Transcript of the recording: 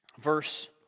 verse